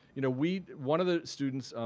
you know we one of the students,